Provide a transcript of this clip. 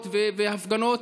עצרות והפגנות.